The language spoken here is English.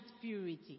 purity